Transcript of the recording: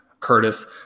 Curtis